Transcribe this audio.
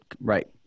right